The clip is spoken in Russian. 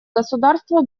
государства